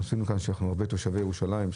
אנחנו כאן הרבה תושבי ירושלים.